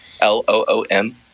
L-O-O-M